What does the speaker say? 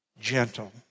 Gentle